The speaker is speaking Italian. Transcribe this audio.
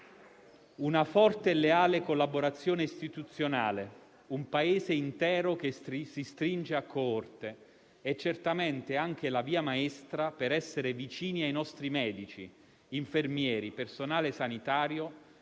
Una forte e leale collaborazione istituzionale, un Paese intero che si stringe a coorte è certamente anche la via maestra per essere vicini ai nostri medici, infermieri, personale sanitario,